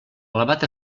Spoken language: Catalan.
elevat